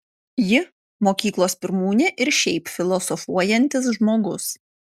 ji mokyklos pirmūnė ir šiaip filosofuojantis žmogus